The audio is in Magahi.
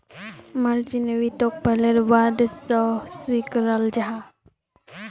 मार्जिन वित्तोक पहले बांड सा स्विकाराल जाहा